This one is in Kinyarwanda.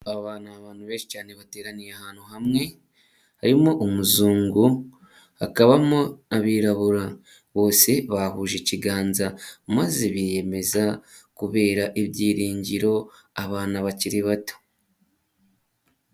Aba ni abantu benshi cyane bateraniye ahantu, hamwe harimo umuzungu hakabamo abirabura bose bahuje ikiganza maze biyemeza kubera ibyiringiro abana bakiri bato.